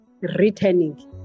returning